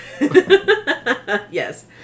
Yes